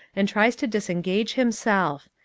and tries to disengage himself.